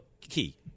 Key